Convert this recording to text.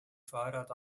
fahrrad